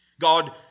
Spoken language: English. God